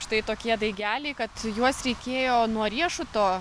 štai tokie daigeliai kad juos reikėjo nuo riešuto